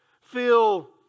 feel